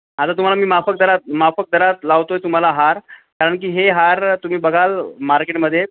आता तुम्हाला मी माफक दरात माफक दरात लावतो आहे तुम्हाला हार कारण की हे हार तुम्ही बघाल मार्केटमध्ये